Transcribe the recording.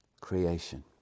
creation